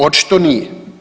Očito nije.